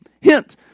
Hint